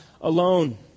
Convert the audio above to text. alone